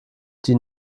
die